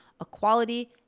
equality